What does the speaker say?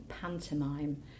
pantomime